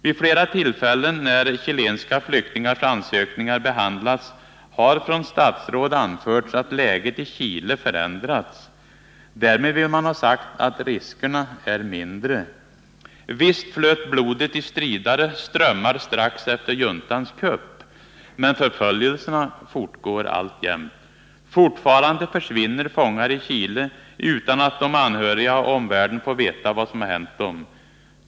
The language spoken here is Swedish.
Vid flera tillfällen när chilenska flyktingars ansökningar behandlats har från statsråd anförts att läget i Chile förändrats. Därmed vill man ha sagt att riskerna är mindre. Visst flöt blodet i stridare strömmar strax efter juntans kupp, men förföljelserna fortgår alltjämt. Fortfarande försvinner fångar i Chile utan att de anhöriga och omvärlden får reda på vad som hänt dem.